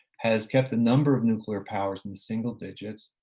has kept the number of nuclear powers in the single digits,